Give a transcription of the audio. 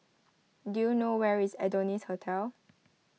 do you know where is Adonis Hotel